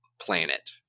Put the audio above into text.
planet